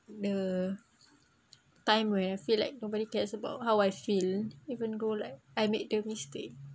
the time where I feel like nobody cares about how I feel even though like I made the mistake